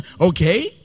Okay